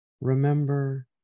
remember